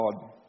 God